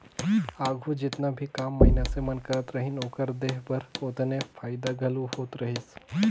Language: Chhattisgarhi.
आघु जेतना भी काम मइनसे मन करत रहिन, ओकर देह बर ओतने फएदा घलो होत रहिस